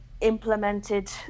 implemented